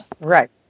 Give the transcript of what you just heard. right